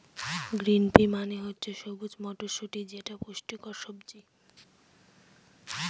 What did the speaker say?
green pea মানে হচ্ছে সবুজ মটরশুটি যেটা পুষ্টিকর সবজি